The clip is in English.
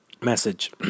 message